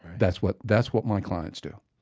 that's what that's what my clients do